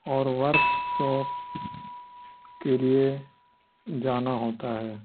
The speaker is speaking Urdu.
اور ورک شاپس کے لیے جانا ہوتا ہے